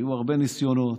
היו הרבה ניסיונות.